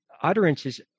utterances